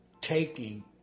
taking